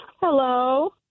Hello